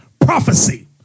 Prophecy